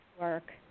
work